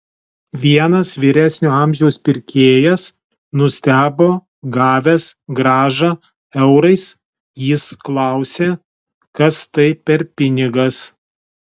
vienas vyresnio amžiaus pirkėjas nustebo gavęs grąžą eurais jis klausė kas tai per pinigas